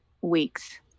weeks